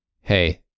Hey